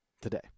today